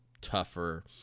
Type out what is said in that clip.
tougher